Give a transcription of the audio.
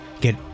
Get